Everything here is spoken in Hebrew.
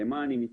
למה אני מתכוון?